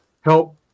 help